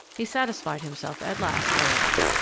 he satisfied himself at last, however.